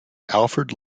alfred